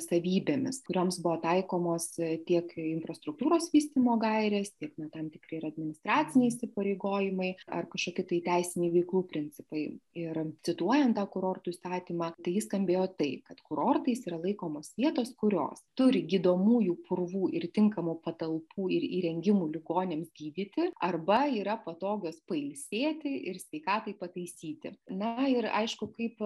savybėmis kurioms buvo taikomos tiek infrastruktūros vystymo gairės tiek na tam tikri ir administraciniai įsipareigojimai ar kažkokie tai teisiniai veiklų principai ir cituojant tą kurortų įstatymą tai jis skambėjo taip kurortais yra laikomos vietos kurios turi gydomųjų purvų ir tinkamų patalpų ir įrengimų ligoniams gydyti arba yra patogios pailsėti ir sveikatai pataisyti na ir aišku kaip